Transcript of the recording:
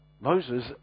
Moses